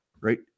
Right